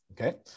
Okay